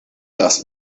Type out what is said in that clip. das